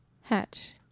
Hatch